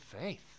faith